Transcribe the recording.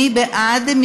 מי בעד?